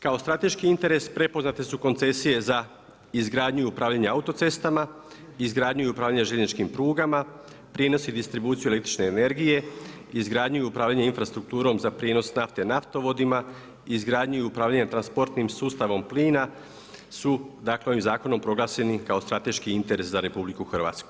Kao strateški interes prepoznate su koncesije za izgradnju i upravljanje autocestama, izgradnju i upravljanje željezničkim prugama, prijenos i distribuciju električne energije, izgradnju i upravljanje infrastrukturom za prijenos naftne naftovodima, izgradnju i upravljanje transportnim sustavom plina su ovim zakonom proglašeni kao strateški interes za RH.